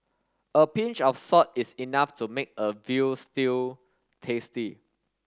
a pinch of salt is enough to make a veal stew tasty